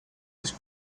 his